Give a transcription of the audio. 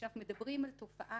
כשאנחנו מדברים על תופעה